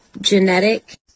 genetic